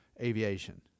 aviation